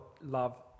love